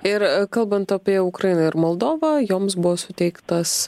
ir kalbant apie ukrainą ir moldovą joms buvo suteiktas